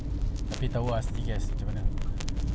dah leceh